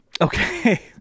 Okay